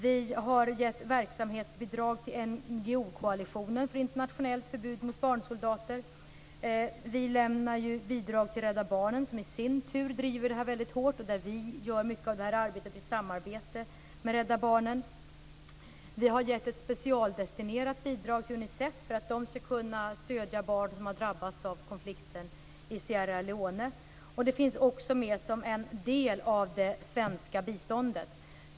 Vi har gett verksamhetsbidrag till NGO-koalitionen för internationellt förbud mot barnsoldater. Vi lämnar bidrag till Rädda Barnen, som i sin tur driver det här hårt. Vi gör mycket av detta i samarbete med Rädda Barnen. Vi har gett ett specialdestinerat bidrag till Unicef för att de ska kunna stödja barn som har drabbats av konflikten i Sierra Leone. Detta finns också med som en del av det svenska biståndet.